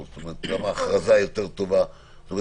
עכשיו,